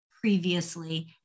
previously